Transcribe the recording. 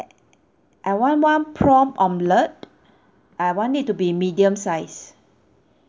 I want one prawn omelette I want it to be medium size